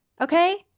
okay